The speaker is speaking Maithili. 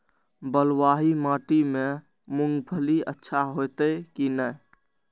बलवाही माटी में मूंगफली अच्छा होते की ने?